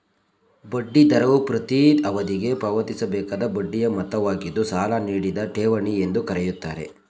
ಬಡ್ಡಿ ದರವು ಪ್ರತೀ ಅವಧಿಗೆ ಪಾವತಿಸಬೇಕಾದ ಬಡ್ಡಿಯ ಮೊತ್ತವಾಗಿದ್ದು ಸಾಲ ನೀಡಿದ ಠೇವಣಿ ಎಂದು ಕರೆಯುತ್ತಾರೆ